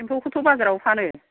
एम्फौखौथ' बाजाराव फानो